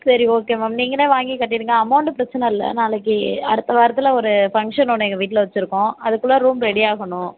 சரி okay ma'am நீங்களே வாங்கி கட்டீருங்க அமௌன்ட்டு பிரச்சனை இல்லை நாளைக்கு அடுத்த வாரத்தில் ஒரு ஃபங்க்ஷன் ஒன்று எங்கள் வீட்டில் வச்சிருக்கோம் அதுக்குள்ளே ரூம் ரெடி ஆகணும்